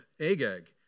Agag